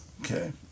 Okay